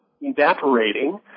evaporating